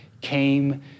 came